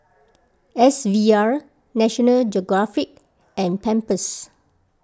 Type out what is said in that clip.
S V R National Geographic and Pampers